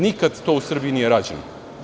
Nikada to u Srbiji nije rađeno.